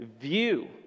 view